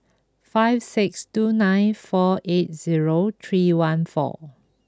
five six two nine four eight zero three one four